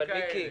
אבל מיקי,